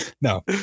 No